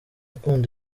ukunda